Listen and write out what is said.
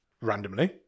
randomly